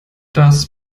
das